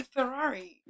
Ferrari